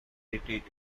retreat